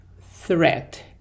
threat